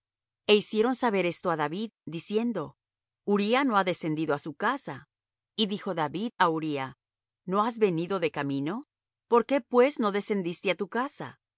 e hicieron saber esto á david diciendo uría no ha descendido á su casa y dijo david á uría no has venido de camino por qué pues no descendiste á tu casa